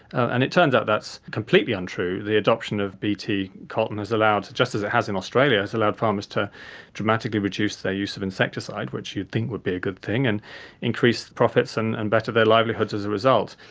and it turns out that's completely untrue. the adoption of bt cotton has allowed, just as it has in australia, has allowed farmers to dramatically reduce their use of insecticide, which you'd think would be a good thing, and increase profits and and better their livelihoods as a result.